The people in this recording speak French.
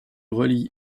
relie